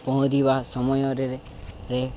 ପହଁରିବା ସମୟରେ ରେ